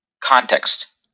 context